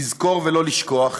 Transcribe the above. לזכור ולא לשכוח,